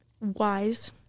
wise